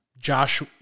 Josh